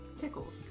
pickles